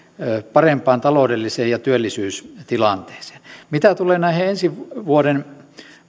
parempaan taloudelliseen ja työllisyystilanteeseen mitä tulee näihin ensi vuoden